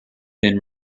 been